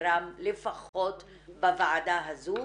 כסדרם לפחות בוועדה הזו.